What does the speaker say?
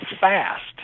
fast